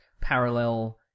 parallel